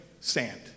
sand